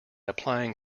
applying